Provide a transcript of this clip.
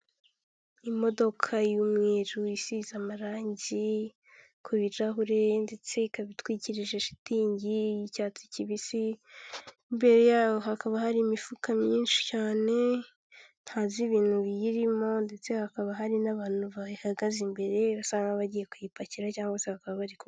Imodoka y'umweru isize amarangi ku birahure ndetse ikaba itwikirije shitingi y'icyatsi kibisi, imbere yaho hakaba hari imifuka myinshi cyane ntazi ibintu biyirimo ndetse hakaba hari n'abantu bayihagaze imbere basa nk'abagiye kuyipakira cyangwa se bakaba bari,